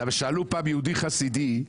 שאלו פעם יהודי חסידי,